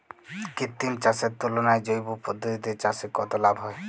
কৃত্রিম চাষের তুলনায় জৈব পদ্ধতিতে চাষে কত লাভ হয়?